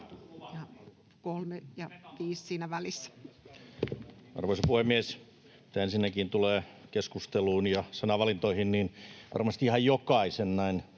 Arvoisa puhemies! Mitä ensinnäkin tulee keskusteluun ja sanavalintoihin, niin varmasti ihan jokaisen —